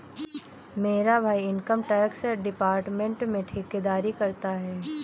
मेरा भाई income tax department में ठेकेदारी करता है